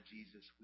Jesus